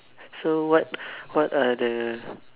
so what what are the